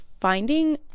finding